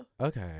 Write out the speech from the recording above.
Okay